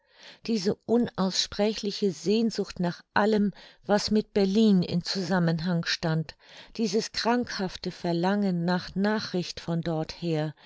diese unaussprechliche sehnsucht nach allem was mit berlin in zusammenhang stand dieses krankhafte verlangen nach nachricht von dorther